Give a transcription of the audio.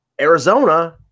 Arizona